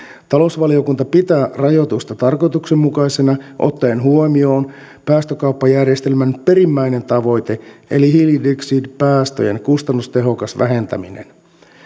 talousvaliokunta pitää rajoitusta tarkoituksenmukaisena ottaen huomioon päästökauppajärjestelmän perimmäinen tavoite eli hiilidioksidipäästöjen kustannustehokas vähentäminen